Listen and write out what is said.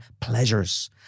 pleasures